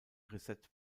reset